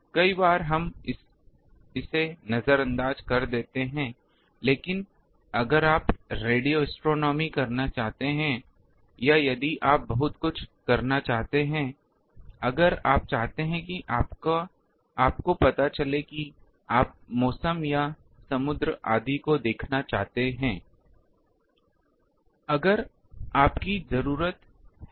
कई बार हम इसे नजरअंदाज कर देते हैं लेकिन अगर आप रेडियो एस्ट्रोनॉमी करना चाहते हैं या यदि आप बहुत कुछ करना चाहते हैं अगर आप चाहते हैं कि आपको पता चले कि आप मौसम या समुद्र आदि को देखना चाहते हैं अगर आप की जरूरत है